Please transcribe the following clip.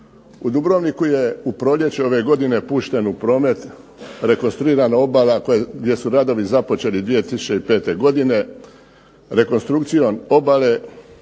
U Dubrovniku je u proljeće ove godine pušten u promet rekonstruirana obala gdje su radovi započeli 2005. godine rekonstrukcijom obale